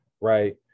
right